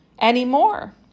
Anymore